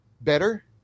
better